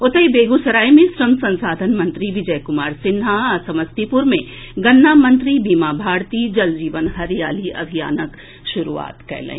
ओतहि बेगूसराय मे श्रम संसाधन मंत्री विजय कुमार सिन्हा आ समस्तीपुर मे गन्ना मंत्री बीमा भारती जल जीवन हरियाली अभियानक शुरूआत कएलनि